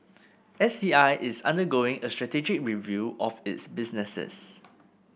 S C I is undergoing a strategic review of its businesses